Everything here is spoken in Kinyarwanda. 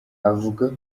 avuga